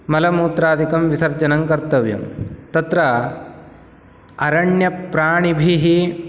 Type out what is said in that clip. मलमूत्रादिकं विसर्जनं कर्तव्यं तत्र अरण्यप्राणिभिः